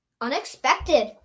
unexpected